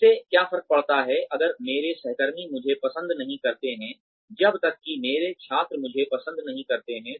इससे क्या फर्क पड़ता है अगर मेरे सहकर्मी मुझे पसंद नहीं करते हैं जब तक कि मेरे छात्र मुझे पसंद नहीं करते हैं